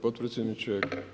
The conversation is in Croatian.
potpredsjedniče.